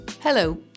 Hello